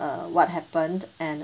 uh what happened and